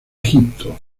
egipto